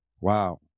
wow